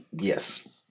Yes